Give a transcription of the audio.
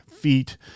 feet